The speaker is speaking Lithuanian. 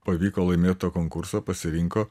pavyko laimėt tą konkursą pasirinko